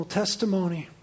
testimony